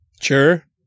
Sure